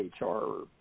HR